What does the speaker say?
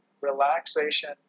relaxation